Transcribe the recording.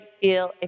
feel